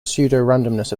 pseudorandomness